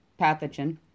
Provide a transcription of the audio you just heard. pathogen